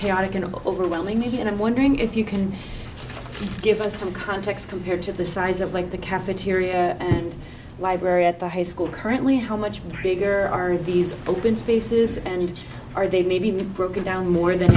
chaotic and overwhelming need and i'm wondering if you can give us some context compared to the size of like the cafeteria and library at the high school currently how much bigger are these open spaces and are they maybe broken down more than